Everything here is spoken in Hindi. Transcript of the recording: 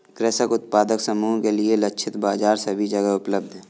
कृषक उत्पादक समूह के लिए लक्षित बाजार सभी जगह उपलब्ध है